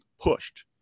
pushed